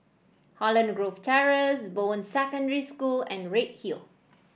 Holland Grove Terrace Bowen Secondary School and Redhill